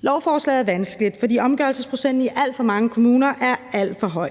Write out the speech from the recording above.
Lovforslaget er vanskeligt, fordi omgørelsesprocenten i alt for mange kommuner er alt for høj.